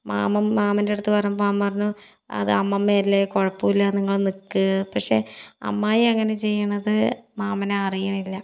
മാമം മാമൻ്റെ അടുത്ത് പറഞ്ഞപ്പോൾ മാമൻ പറഞ്ഞു അത് അമ്മമ്മയല്ലേ കുഴപ്പമില്ല നിങ്ങൾ നിൽക്ക് പക്ഷെ അമ്മായി അങ്ങനെ ചെയ്യണത് മാമൻ അറിയണില്ല